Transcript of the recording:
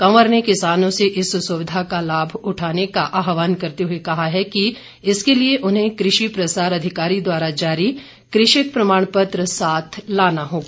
कंवर ने किसानों से इस सुविधा का लाभ उठाने का आहवान करते हुए कहा है कि इसके लिए उन्हें कृषि प्रसार अधिकारी द्वारा जारी कृषक प्रमाण पत्र साथ लाना होगा